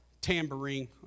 tambourine